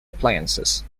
appliances